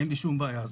אין לי שום בעיה.